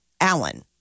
Allen